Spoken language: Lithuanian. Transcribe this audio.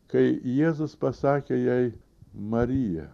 kai jėzus pasakė jai marija